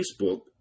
Facebook